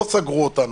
לא סגרו אותנו.